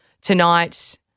Tonight